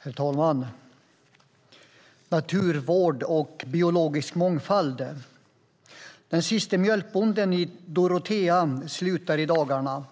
Herr talman! Det handlar om naturvård och biologisk mångfald. Den sista mjölkbonden i Dorotea slutar i dagarna.